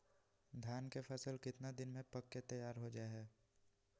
धान के फसल कितना दिन में पक के तैयार हो जा हाय?